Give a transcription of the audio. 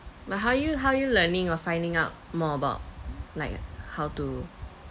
but how you how you learning or finding out more about like how to